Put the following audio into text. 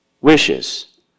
wishes